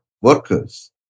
workers